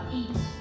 eat